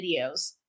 videos